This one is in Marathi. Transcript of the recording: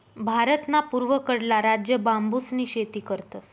भारतना पूर्वकडला राज्य बांबूसनी शेती करतस